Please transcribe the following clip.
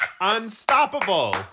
Unstoppable